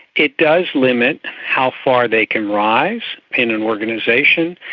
it does limit how far they can rise in an organisation.